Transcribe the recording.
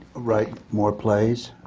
write more plays.